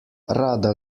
rada